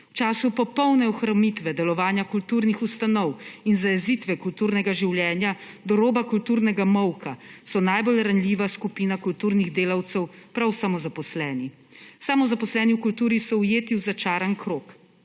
V času popolne ohromitve delovanja kulturnih ustanov in zajezitve kulturnega življenja do roba kulturnega molka so najbolj ranljiva skupina kulturnih delavcev prav samozaposleni. Samozaposleni v kulturi so ujeti v začaran krog